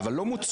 אבל לא מוצו.